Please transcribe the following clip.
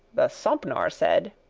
the sompnour said,